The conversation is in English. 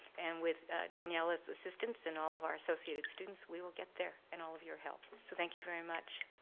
and with daniela's assistance and all of our associated students, we will get there and all of your help. so thank you very much.